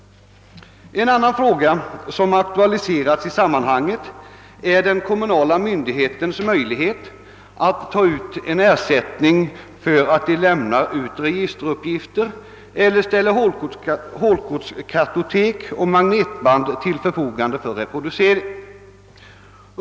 I sammanhanget har även aktualiserats frågan om den kommunala myndighetens möjlighet att ta ut ersättning för att lämna ut registeruppgifter eller ställa hålkortskartotek och magnetband till förfogande för reproducering.